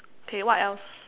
okay what else